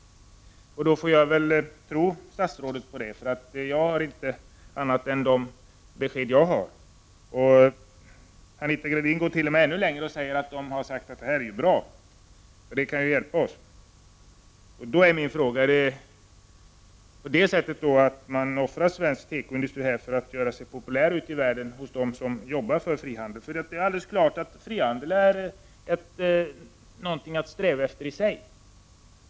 Jag får väl tro på statsrådet när hon säger det. Jag har inte några andra besked än de jag har fått. Anita Gradin går t.o.m. ännu längre och säger att man inom EG har sagt att det som Sverige gör är bra, eftersom det kan hjälpa EG. Min fråga är då: Offrar man svensk tekoindustri för att göra sig populär ute i världen hos dem som arbetar för frihandel? Det är alldeles klart att frihandel i sig är någonting att sträva efter.